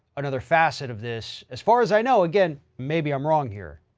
another facet of this. as far as i know, again, maybe i'm wrong here.